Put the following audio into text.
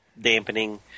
dampening